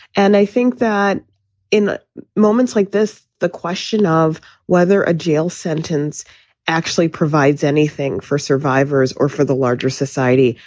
and i think that in moments like this, the question of whether a jail sentence actually provides anything for survivors or for the larger society,